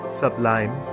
sublime